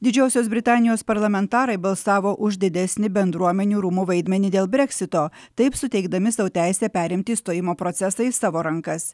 didžiosios britanijos parlamentarai balsavo už didesnį bendruomenių rūmų vaidmenį dėl breksito taip suteikdami sau teisę perimti išstojimo procesą į savo rankas